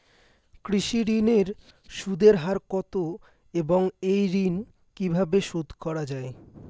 কৃষি ঋণের সুদের হার কত এবং এই ঋণ কীভাবে শোধ করা য়ায়?